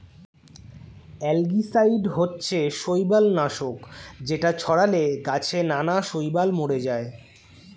algicide হচ্ছে শৈবাল নাশক যেটা ছড়ালে গাছে নানা শৈবাল মরে যায়